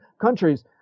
countries